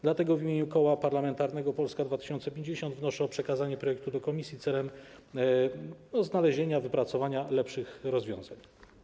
Dlatego w imieniu Koła Parlamentarnego Polska 2050 wnoszę o przekazanie projektu do komisji w celu znalezienia, wypracowania lepszych rozwiązań.